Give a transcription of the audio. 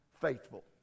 faithful